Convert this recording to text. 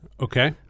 Okay